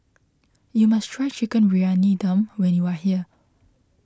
you must try Chicken Briyani Dum when you are here